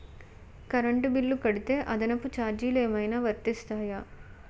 Current bill కడితే అదనపు ఛార్జీలు ఏమైనా వర్తిస్తాయా?